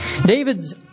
David's